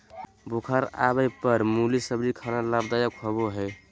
बुखार आवय पर मुली सब्जी खाना लाभदायक होबय हइ